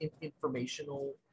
informational